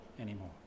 anymore